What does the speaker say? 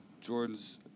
Jordan's